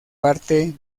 parte